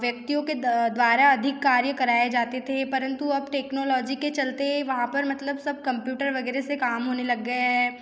व्यक्तियों के द्वारा अधिक कार्य कराए जाते थे परंतु अब टेक्नोलॉजी के चलते वहाँ पर मतलब सब कंप्यूटर वग़ैरह से काम होने लग गए हैं